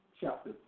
chapter